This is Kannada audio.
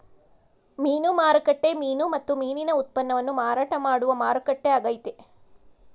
ಮೀನು ಮಾರುಕಟ್ಟೆ ಮೀನು ಮತ್ತು ಮೀನಿನ ಉತ್ಪನ್ನವನ್ನು ಮಾರಾಟ ಮಾಡುವ ಮಾರುಕಟ್ಟೆ ಆಗೈತೆ